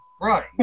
Right